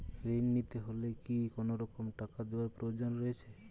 ঋণ নিতে হলে কি কোনরকম টাকা দেওয়ার প্রয়োজন রয়েছে?